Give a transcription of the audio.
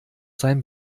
sein